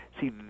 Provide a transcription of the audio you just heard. see